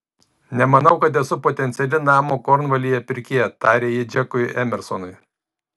nemanau kad esu potenciali namo kornvalyje pirkėja tarė ji džekui emersonui